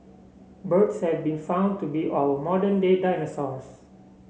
birds have been found to be our modern day dinosaurs